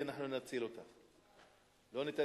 אם תיפלי, אנחנו נציל אותך, לא ניתן